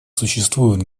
существует